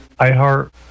iHeart